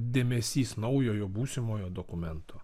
dėmesys naujojo būsimojo dokumento